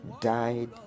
died